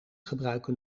gebruiken